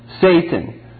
Satan